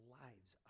lives